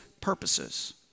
purposes